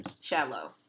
shallow